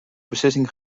beslissing